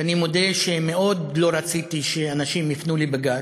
שאני מודה שמאוד לא רציתי שאנשים יפנו לבג"ץ,